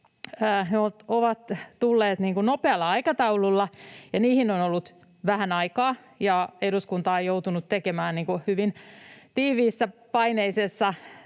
ovat tulleet nopealla aikataululla, ja niihin on ollut vähän aikaa, ja eduskunta on joutunut hyvin tiiviissä, paineisessa